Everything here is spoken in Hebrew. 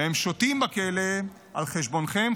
הם שותים בכלא על חשבונכם,